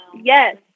Yes